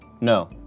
no